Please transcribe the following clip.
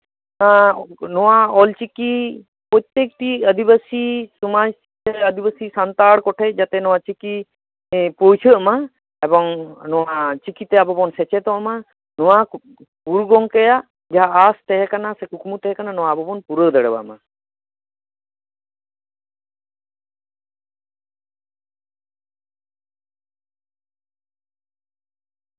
ᱱᱚᱣᱟ ᱚᱞ ᱪᱤᱠᱤ ᱯᱚᱛᱛᱮᱠᱴᱤ ᱟᱹᱫᱤᱵᱟᱹᱥᱤ ᱥᱚᱢᱟᱡᱽ ᱥᱮ ᱟᱹᱫᱤᱵᱟᱹᱥᱤ ᱥᱟᱱᱛᱟᱲ ᱠᱚᱴᱷᱮᱱ ᱡᱟᱛᱮ ᱱᱚᱣᱟ ᱪᱤᱠᱤ ᱯᱳᱶᱪᱷᱟᱹᱜ ᱢᱟ ᱮᱵᱚᱝ ᱱᱚᱣᱟ ᱪᱤᱠᱤᱛᱮ ᱟᱵᱚ ᱵᱚᱱ ᱥᱮᱪᱮᱫᱚᱜ ᱢᱟ ᱱᱚᱣᱟ ᱜᱩᱨᱩ ᱜᱚᱝᱠᱮᱭᱟᱜ ᱡᱟᱦᱟᱸ ᱟᱸᱥ ᱛᱟᱦᱮᱸᱠᱟᱱᱟ ᱥᱮ ᱠᱩᱠᱢᱩ ᱛᱟᱦᱮᱸᱠᱟᱱᱟ ᱱᱚᱣᱟ ᱟᱵᱚ ᱵᱚᱱ ᱯᱩᱨᱟᱹᱣ ᱫᱟᱲᱮᱭᱟᱜ ᱢᱟ